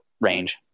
range